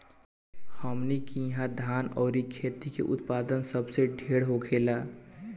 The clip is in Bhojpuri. हमनी किहा धान अउरी गेंहू के उत्पदान सबसे ढेर होखेला